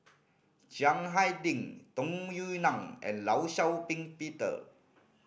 Chiang Hai Ding Tung Yue Nang and Law Shau Ping Peter